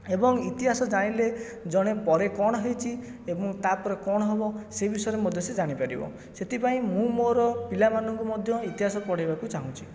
ଏବଂ ଇତିହାସ ଜାଣିଲେ ଜଣେ ପରେ କ'ଣ ହୋଇଛି ଏବଂ ତାପରେ କ'ଣ ହେବ ସେ ବିଷୟରେ ମଧ୍ୟ ସେ ଜାଣିପାରିବ ସେଥିପାଇଁ ମୁଁ ମୋର ପିଲାମାନଙ୍କୁ ମଧ୍ୟ ଇତିହାସ ପଢ଼ାଇବାକୁ ଚାହୁଁଛି